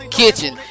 kitchen